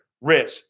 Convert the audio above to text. rich